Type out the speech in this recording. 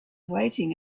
waiting